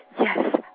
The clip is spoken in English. Yes